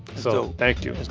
so thank you